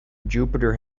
jupiter